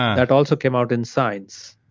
that also came out in science.